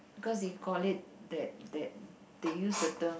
cause they call it that that they use the term